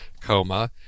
coma